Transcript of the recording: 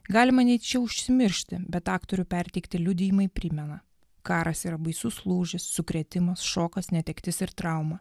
galima nejučia užsimiršti bet aktorių perteikti liudijimai primena karas yra baisus lūžis sukrėtimas šokas netektis ir trauma